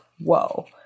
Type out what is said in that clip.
whoa